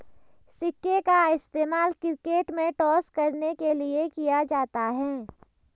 सिक्के का इस्तेमाल क्रिकेट में टॉस करने के लिए किया जाता हैं